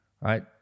right